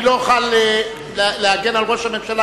אני לא אוכל להגן על ראש הממשלה,